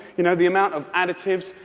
you know, the amount of additives,